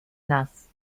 nass